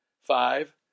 Five